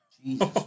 Jesus